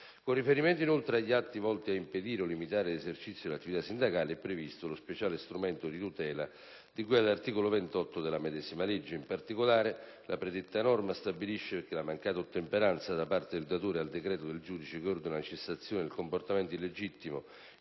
Con riferimento, inoltre, agli atti volti ad impedire o limitare l'esercizio dell'attività sindacale è previsto lo speciale strumento di tutela di cui all'articolo 28 della medesima legge. In particolare, la predetta norma stabilisce che la mancata ottemperanza, da parte del datore, al decreto del giudice che ordina la cessazione del comportamento illegittimo